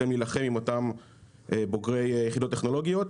להן להילחם עם אותם בוגרי יחידות טכנולוגיות.